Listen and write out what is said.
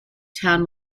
town